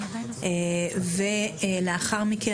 לאחר מכן,